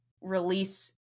release